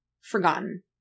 forgotten